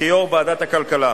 כיו"ר ועדת הכלכלה,